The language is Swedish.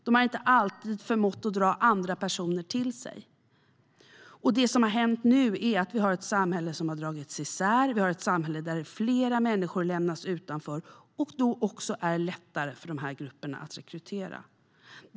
De har inte alltid förmått att dra andra personer till sig. Det som har hänt nu är att vi har ett samhälle som har dragits isär. Vi har ett samhälle där fler människor lämnas utanför och då också är lättare för de här grupperna att rekrytera.